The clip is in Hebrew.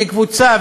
לקבוצה,